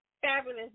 fabulous